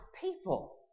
people